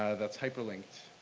that's hyper-linked,